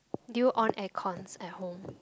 do you on aircon at home